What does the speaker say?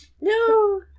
no